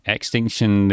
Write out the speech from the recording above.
Extinction